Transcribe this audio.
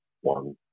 one